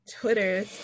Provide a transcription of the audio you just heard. twitter